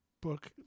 book